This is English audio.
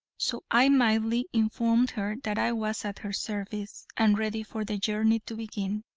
so i mildly informed her that i was at her service, and ready for the journey to begin.